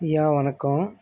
ஐயா வணக்கம்